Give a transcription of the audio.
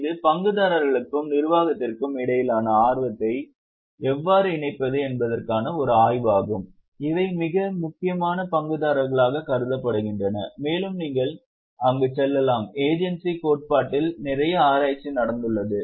இது பங்குதாரர்களுக்கும் நிர்வாகத்திற்கும் இடையிலான ஆர்வத்தை எவ்வாறு இணைப்பது என்பதற்கான ஒரு ஆய்வாகும் இவை மிக முக்கியமான பங்குதாரர்களாகக் கருதப்படுகின்றன மேலும் நீங்கள் அங்கு செல்லலாம் ஏஜென்சி கோட்பாட்டில் நிறைய ஆராய்ச்சி நடந்துள்ளது